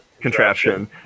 contraption